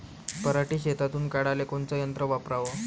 पराटी शेतातुन काढाले कोनचं यंत्र वापराव?